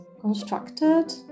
constructed